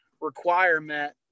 requirement